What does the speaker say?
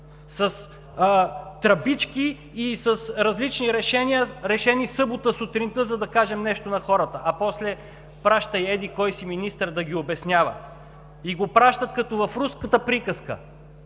С тръбички, и с различни решения, взети в събота сутринта, за да кажем нещо на хората, а после пращай еди-кой си министър да ги обяснява. И го пращат като в руската приказка: